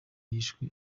yishwe